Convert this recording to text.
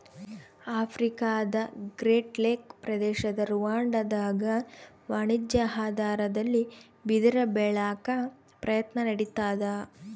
ಆಫ್ರಿಕಾದಗ್ರೇಟ್ ಲೇಕ್ ಪ್ರದೇಶದ ರುವಾಂಡಾದಾಗ ವಾಣಿಜ್ಯ ಆಧಾರದಲ್ಲಿ ಬಿದಿರ ಬೆಳ್ಯಾಕ ಪ್ರಯತ್ನ ನಡಿತಾದ